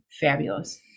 fabulous